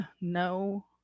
no